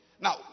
Now